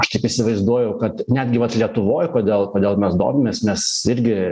aš taip įsivaizduoju kad netgi vat lietuvoj kodėl kodėl mes domimės nes irgi